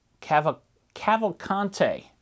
Cavalcante